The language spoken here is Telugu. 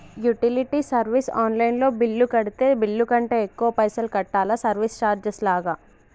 యుటిలిటీ సర్వీస్ ఆన్ లైన్ లో బిల్లు కడితే బిల్లు కంటే ఎక్కువ పైసల్ కట్టాలా సర్వీస్ చార్జెస్ లాగా?